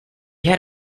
had